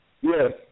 Yes